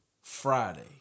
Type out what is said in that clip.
Friday